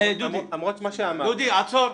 למרות מה שאמרת --- דודי, עצור.